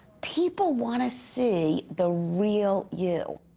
people want to see the real you.